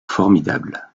formidable